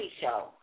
show